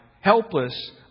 helpless